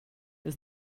was